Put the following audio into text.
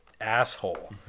asshole